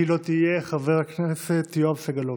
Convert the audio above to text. אם היא לא תהיה, חבר הכנסת יואב סגלוביץ'.